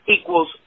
equals